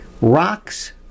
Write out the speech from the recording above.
Rocks